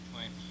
point